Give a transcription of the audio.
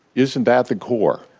isn't that the core?